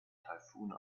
typhoon